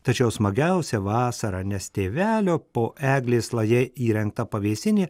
tačiau smagiausia vasarą nes tėvelio po eglės laja įrengta pavėsinė